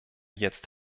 jetzt